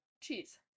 Cheese